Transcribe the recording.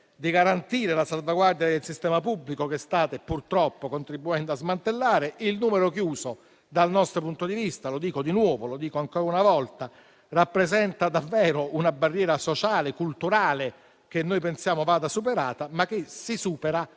di garantire la salvaguardia del sistema pubblico che state purtroppo contribuendo a smantellare. Il numero chiuso, dal nostro punto di vista, lo dico ancora una volta, rappresenta davvero una barriera sociale e culturale che pensiamo vada superata, ma che si supera